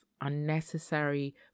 unnecessary